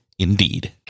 indeed